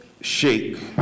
shake